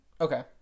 Okay